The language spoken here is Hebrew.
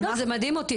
זה מדהים אותי.